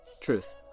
Truth